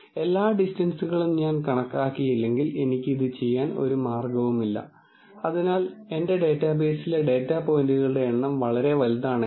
ഇപ്പോൾ ആത്യന്തികമായി ഞാൻ ചൂണ്ടിക്കാണിക്കാൻ ആഗ്രഹിക്കുന്നത് ഇനിപ്പറയുന്നവയാണ് എന്തുകൊണ്ടാണ് ഇത്രയധികം രീതികൾ ഉള്ളത് എന്നതിന് നമ്മൾക്ക് ഉത്തരം ഉണ്ട്